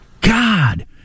God